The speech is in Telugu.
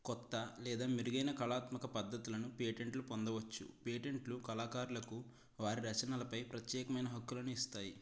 కొత్త లేద మెరుగైనా కళాత్మక పద్ధతులను పేటెంట్లను పొందవచ్చు పేటెంట్లు కళాకారులకు వారి రచనలపై ప్రత్యేకమైన హక్కులను ఇస్తాయి